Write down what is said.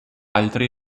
altri